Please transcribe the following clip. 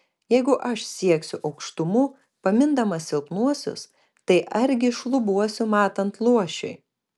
jeigu aš sieksiu aukštumų pamindamas silpnuosius tai argi šlubuosiu matant luošiui